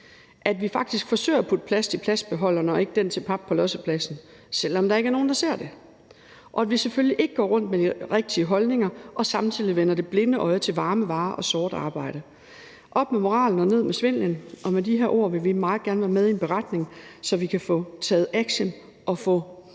at vi faktisk forsøger at putte plast i plastbeholderen og ikke i den til pap på lossepladsen, selv om der ikke er nogen, der ser det; at vi selvfølgelig ikke går rundt med de rigtige holdninger og samtidig vender det blinde øje til varme varer og sort arbejde. Op med moralen, og ned med svindelen. Og med de her ord vil vi meget gerne være med i en beretning, så vi kan få taget action og få